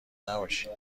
نباشین